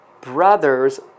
brothers